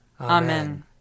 Amen